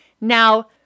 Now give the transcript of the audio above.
Now